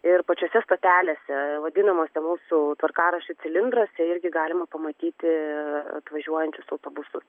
ir pačiose stotelėse vadinamose mūsų tvarkaraščių cilindruose irgi galima pamatyti atvažiuojančius autobusus